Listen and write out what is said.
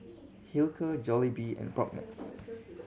Hilker Jollibee and Propnex